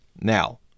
now